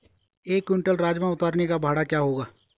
एक क्विंटल राजमा उतारने का भाड़ा क्या होगा?